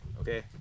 Okay